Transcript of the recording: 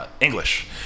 English